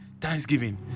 thanksgiving